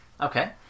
Okay